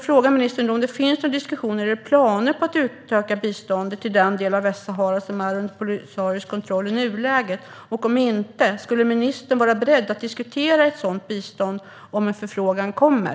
Finns det några diskussioner eller planer på att utöka biståndet till den del av Västsahara som är under Polisarios kontroll i nuläget? Om inte - skulle ministern vara beredd att diskutera ett sådant bistånd om en förfrågan kommer?